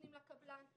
נותנים לקבלן.